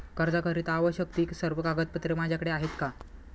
कर्जाकरीता आवश्यक ति सर्व कागदपत्रे माझ्याकडे आहेत का?